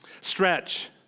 Stretch